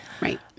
Right